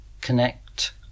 connect